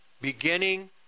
beginning